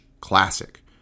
Classic